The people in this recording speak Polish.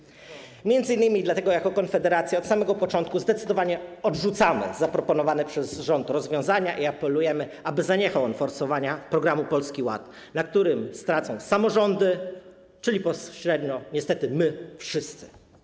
I dlatego m.in. jako Konfederacja od samego początku zdecydowanie odrzucamy zaproponowane przez rząd rozwiązania i apelujemy, aby zaniechał on forsowania programu Polski Ład, na którym stracą samorządy, czyli pośrednio niestety stracimy my wszyscy.